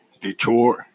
Detroit